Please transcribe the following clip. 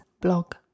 blog